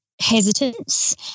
hesitance